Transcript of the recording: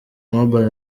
mobile